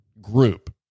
group